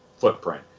footprint